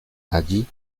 allí